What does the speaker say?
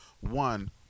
one